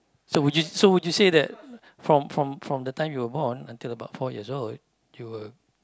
so would you would you say that from the time you were born until about four years old you would